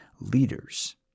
leaders